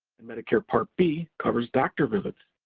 and medicare part b covers doctor visits,